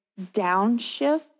downshift